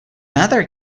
other